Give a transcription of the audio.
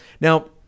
Now